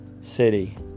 city